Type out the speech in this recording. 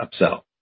upsell